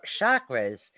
chakras